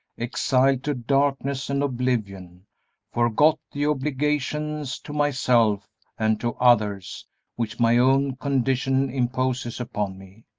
exiled to darkness and oblivion forgot the obligations to myself and to others which my own condition imposes upon me.